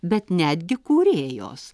bet netgi kūrėjos